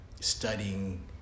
Studying